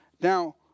Now